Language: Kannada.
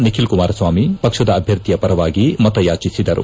ನಿಖಿಲ್ ಕುಮಾರಸ್ವಾಮಿ ಪಕ್ಷದ ಅಭ್ಯರ್ಥಿಯ ಪರವಾಗಿ ಮತಯಾಚಿಸಿದರು